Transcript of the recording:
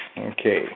Okay